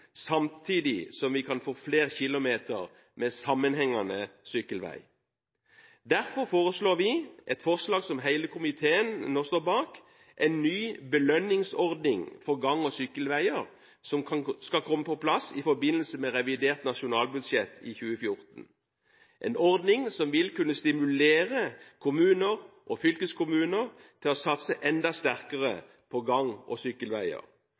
samtidig som vi kan få flere kilometer med sammenhengende sykkelvei. Derfor har vi et forslag som hele komiteen nå står bak, en ny belønningsordning for gang- og sykkelveier som skal komme på plass i forbindelse med revidert nasjonalbudsjett i 2014, en ordning som vil kunne stimulere kommuner og fylkeskommuner til å satse enda sterkere på gang- og sykkelveier.